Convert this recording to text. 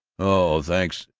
oh, thanks.